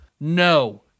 No